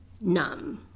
numb